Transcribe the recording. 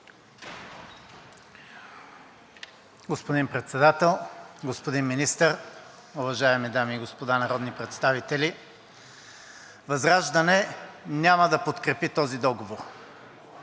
Господин Председател, господин Министър, уважаеми дами и господа народни представители! ВЪЗРАЖДАНЕ няма да подкрепи този договор. Казах